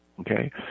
okay